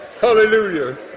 Hallelujah